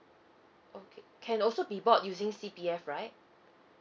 okay can also be bought using C_P_F right